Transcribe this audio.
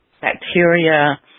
bacteria